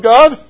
God